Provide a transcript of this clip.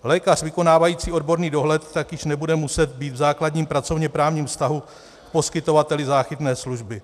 Lékař vykonávající odborný dohled tak již nebude muset být v základním pracovněprávním vztahu k poskytovateli záchytné služby.